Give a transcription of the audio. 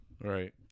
Right